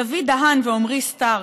דוד דהאן ועמרי סטרק,